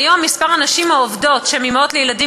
והיום מספר הנשים העובדות שהן אימהות לילדים